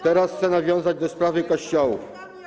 Teraz chcę nawiązać do sprawy kościołów.